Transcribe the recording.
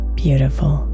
beautiful